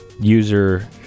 user